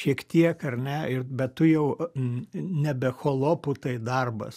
šiek tiek ar ne ir bet tu jau nebe cholopų tai darbas